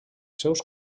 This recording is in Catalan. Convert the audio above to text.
seus